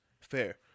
Fair